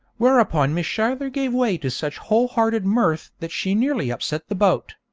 whereupon miss schuyler gave way to such whole-hearted mirth that she nearly upset the boat.